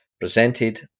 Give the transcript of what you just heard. presented